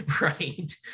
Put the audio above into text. right